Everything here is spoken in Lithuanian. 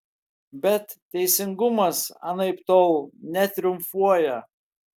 bet teisingumas anaiptol netriumfuoja